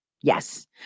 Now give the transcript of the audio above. Yes